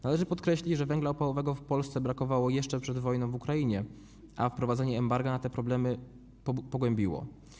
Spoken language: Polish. Należy podkreślić, że węgla opałowego w Polsce brakowało jeszcze przed wojną w Ukrainie, a wprowadzenie embarga te problemy pogłębiło.